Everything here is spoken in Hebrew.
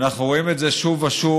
אנחנו רואים את זה שוב ושוב,